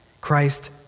Christ